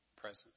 present